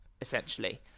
essentially